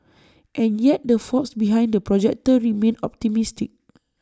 and yet the folks behind the projector remain optimistic